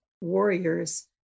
warriors